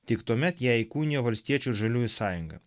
tik tuomet ją įkūnijo valstiečių ir žaliųjų sąjunga